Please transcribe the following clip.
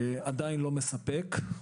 עדיין לא מספק.